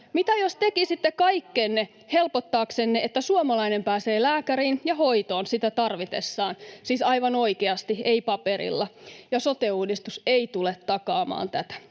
Mitä jos tekisitte kaikkenne helpottaaksenne, että suomalainen pääsee lääkäriin ja hoitoon sitä tarvitessaan, siis aivan oikeasti, ei paperilla? Sote-uudistus ei tule takaamaan tätä.